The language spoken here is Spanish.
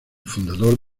fundador